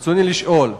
רצוני לשאול: